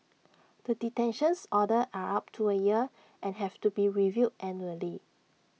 the detentions orders are up to A year and have to be reviewed annually